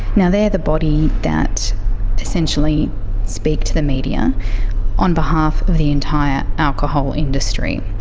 now they're the body that essentially speak to the media on behalf of the entire alcohol industry.